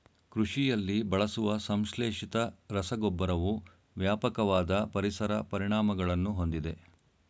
ಕೃಷಿಯಲ್ಲಿ ಬಳಸುವ ಸಂಶ್ಲೇಷಿತ ರಸಗೊಬ್ಬರವು ವ್ಯಾಪಕವಾದ ಪರಿಸರ ಪರಿಣಾಮಗಳನ್ನು ಹೊಂದಿದೆ